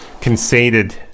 conceded